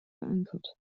verankert